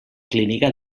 clínica